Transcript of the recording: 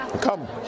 Come